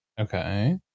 Okay